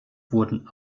wurden